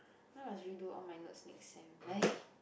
now I must redo all my notes next sem